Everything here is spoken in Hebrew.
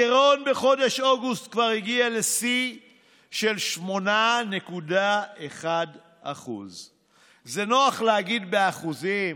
הגירעון בחודש אוגוסט כבר הגיע לשיא של 8.1%. זה נוח להגיד באחוזים,